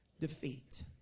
defeat